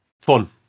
fun